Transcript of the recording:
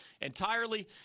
entirely